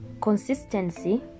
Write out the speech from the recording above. consistency